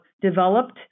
developed